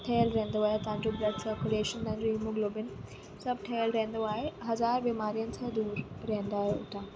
ठहियलु रहंदो आहे तव्हांजो ब्लड सर्कुलेशन तव्हांजो हिमोग्लोबिन सभ ठहियलु रहंदो आहे हज़ार बीमारियुनि सां दूरि रहंदा आहियो तव्हां